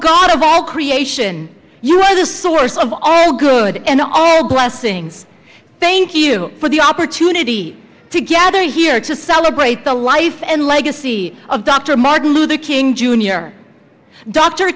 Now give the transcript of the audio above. god of all creation you know the source of all good and all blessings thank you for the opportunity to gather here to celebrate the life and legacy of dr martin luther king j